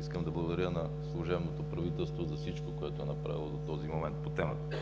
Искам да благодаря на служебното правителство за всичко, което е направило до този момент по темата.